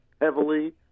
heavily